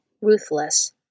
ruthless